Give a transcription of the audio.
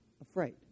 afraid